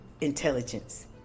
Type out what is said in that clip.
intelligence